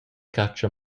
catscha